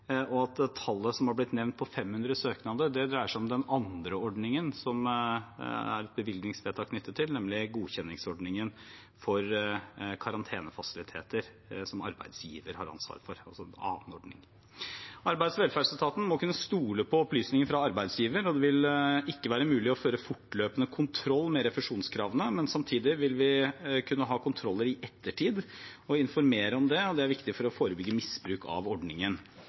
og at det tallet som har blitt nevnt på 500 søknader, dreier seg om den andre ordningen som det er et bevilgningsvedtak knyttet til, nemlig godkjenningsordningen for karantenefasiliteter som arbeidsgiver har ansvaret for, altså en annen ordning. Arbeids- og velferdsetaten må kunne stole på opplysninger fra arbeidsgiver, og det vil ikke være mulig å føre fortløpende kontroll med refusjonskravene, men samtidig vil vi kunne ha kontroller i ettertid og informere om det. Det er viktig for å forebygge misbruk av ordningen.